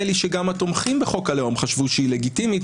לי שגם התומכים בחוק הלאום חשבו שהיא לגיטימית,